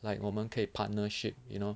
like 我们可以 partnership you know